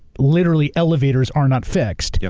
literally elevators are not fixed. yep.